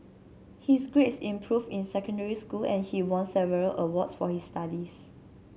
his grades improved in secondary school and he won several awards for his studies